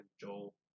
Joel